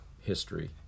history